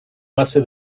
base